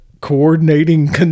coordinating